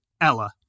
Ella